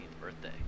birthday